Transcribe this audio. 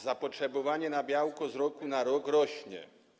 Zapotrzebowanie na białko z roku na rok rośnie.